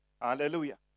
Hallelujah